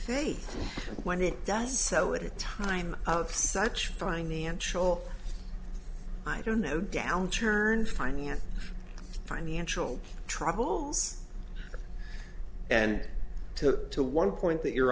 faith when it does so at a time of such financial i don't know downturn finance financial troubles and took to one point that you